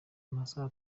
amasaha